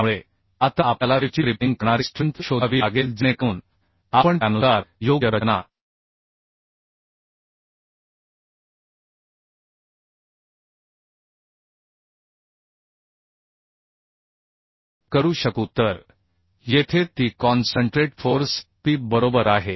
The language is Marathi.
त्यामुळे आता आपल्याला वेव्ह ची क्रिपलिंग करणारी स्ट्रेंथ शोधावी लागेल जेणेकरून आपण त्यानुसार योग्य रचना करू शकू तर येथे ती कॉन्सन्ट्रेट फोर्स P बरोबर आहे